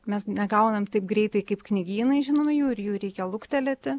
mes negaunam taip greitai kaip knygynai žinoma jų ir jų reikia luktelėti